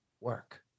work